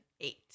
eight